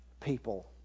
people